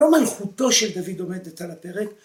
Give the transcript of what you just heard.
לא מלכותו של דוד עומדת על הפרק.